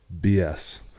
BS